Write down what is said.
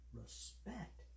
respect